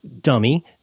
dummy